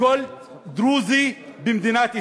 לכל דרוזי במדינת ישראל,